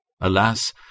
Alas